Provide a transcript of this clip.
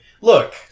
Look